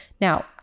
now